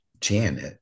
Janet